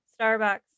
Starbucks